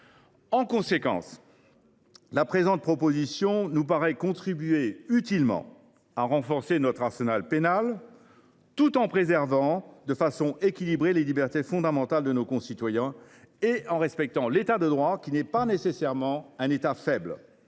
En conséquence, la présente proposition de loi nous paraît contribuer utilement à renforcer notre arsenal pénal, tout en préservant, de façon équilibrée, les libertés fondamentales de nos concitoyens et en respectant l’État de droit, qui n’est pas nécessairement un État faible